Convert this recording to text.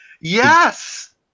Yes